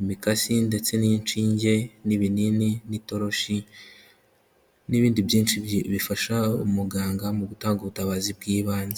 imikasi ndetse n'inshinge n'ibinini n'itoroshi n'ibindi byinshi bifasha umuganga mu gutanga ubutabazi bw'ibanze.